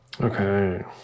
Okay